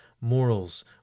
morals